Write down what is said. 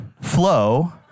flow